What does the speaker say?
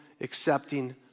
accepting